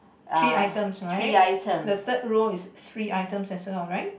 three items right the third row is three items as well right